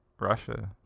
Russia